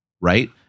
Right